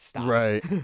Right